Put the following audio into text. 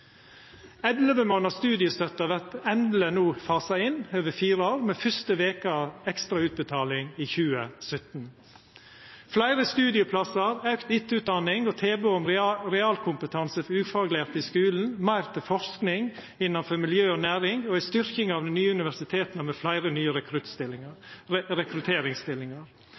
månadar studiestøtte vert endeleg no fasa inn, over fire år, med fyrste veka ekstra utbetaling i 2017. Fleire studieplassar, auka etterutdanning og tilbod om realkompetanse til ufaglærte i skulen, meir til forsking innanfor miljø og næring, og ei styrking av dei nye universiteta med fleire nye rekrutteringsstillingar